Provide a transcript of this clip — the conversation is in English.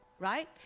right